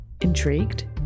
Intrigued